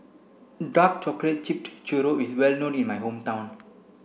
dark chocolate tripped churro is well known in my hometown